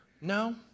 No